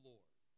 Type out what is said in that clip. Lord